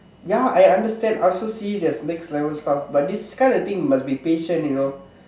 ya I understand I also see there's next level stuff but this kind of thing must be patient you know